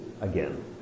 again